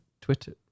Twitter